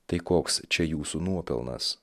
tai koks čia jūsų nuopelnas